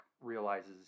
realizes